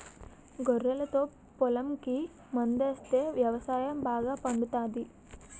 గొర్రెలతో పొలంకి మందాస్తే వ్యవసాయం బాగా పండుతాది